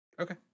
okay